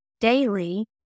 daily